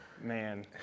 man